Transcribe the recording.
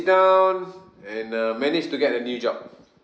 down and uh managed to get a new job